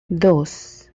dos